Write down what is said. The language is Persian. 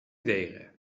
دقیقه